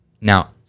Now